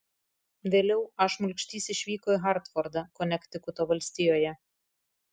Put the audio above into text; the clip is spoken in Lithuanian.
vėliau a šmulkštys išvyko į hartfordą konektikuto valstijoje